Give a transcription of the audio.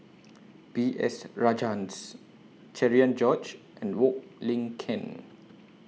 B S Rajhans Cherian George and Wong Lin Ken